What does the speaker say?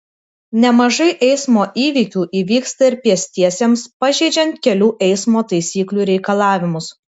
nemažai eismo įvykių įvyksta ir pėstiesiems pažeidžiant kelių eismo taisyklių reikalavimus